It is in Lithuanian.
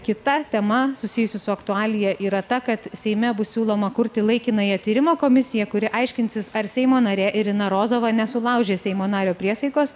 kita tema susijusi su aktualija yra ta kad seime bus siūloma kurti laikinąją tyrimo komisiją kuri aiškinsis ar seimo narė irina rozova nesulaužė seimo nario priesaikos